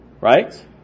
right